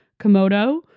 Komodo